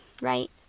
right